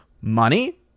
money